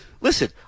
Listen